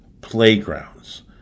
playgrounds